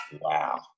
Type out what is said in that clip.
Wow